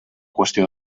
qüestió